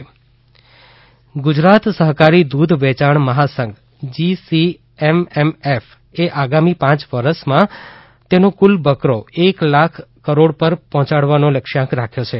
અમુલ ગુજરાત સહકારી દુધ વેચાણ મહાસંઘ જીસીએમએમએફ એ આગામી પાંચ વરસમાં તેનો કુલ વકરો એક લાખ કરોડ પર પહોચાડવાનો લક્ષ્યાંક રાખ્યો છે